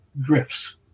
drifts